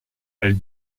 elle